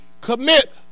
commit